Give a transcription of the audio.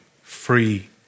free